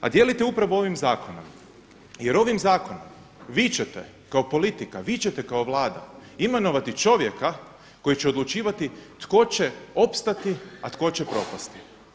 A dijelite upravo ovim zakonom, jer ovim zakonom vi ćete kao politika, vi ćete kao Vlada imenovati čovjeka koji će odlučivati tko će opstati, a tko će propasti.